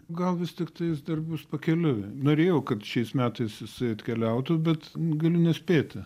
gal vis tiktai jis dar bus pakeliui norėjau kad šiais metais jisai atkeliautų bet galiu nespėti